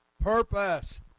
purpose